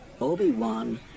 Obi-Wan